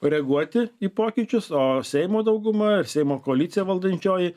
reaguoti į pokyčius o seimo dauguma ir seimo koalicija valdančioji